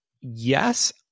yes